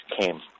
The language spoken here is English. came